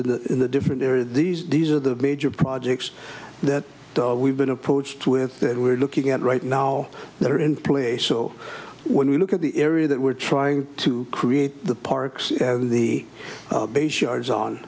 in the in the different area these these are the major projects that we've been approached with that we're looking at right now that are in place so when we look at the area that we're trying to create the parks or the